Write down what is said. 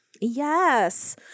Yes